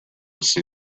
see